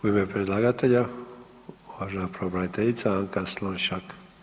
U ime predlagatelja, uvažena pravobraniteljica Anka Slonjšak.